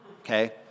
okay